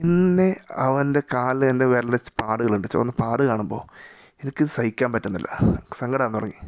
പിന്നെ അവൻ്റെ കാലിൽ എൻ്റെ വിരലിൻ്റെ പാടുകളുണ്ട് ചുവന്ന പാട് കാണുമ്പോൾ എനിക്ക് സഹിക്കാൻ പറ്റുന്നില്ല സങ്കടമാകാൻ തുടങ്ങി